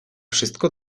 wszystko